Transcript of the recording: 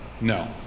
No